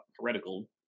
heretical